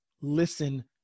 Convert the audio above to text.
Listen